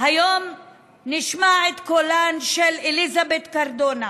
היום נשמע את קולן של אליזבת קרדונה